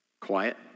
Quiet